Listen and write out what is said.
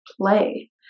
play